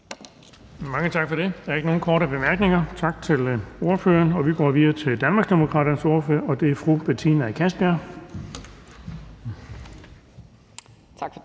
Mange tak for det. Der er ikke nogen korte bemærkninger, så tak til ordføreren. Vi går videre til Danmarksdemokraternes ordfører, og det er fru Betina Kastbjerg. Kl.